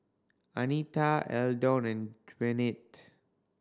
Anita Eldon and Gwyneth